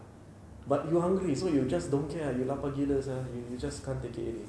but you hungry so you just don't care you lapar gila sia you you just can't take it already